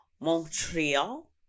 Montreal